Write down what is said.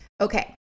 Okay